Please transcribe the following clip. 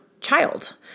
child